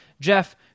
Jeff